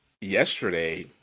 yesterday